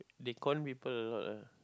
they con people a lot lah